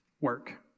work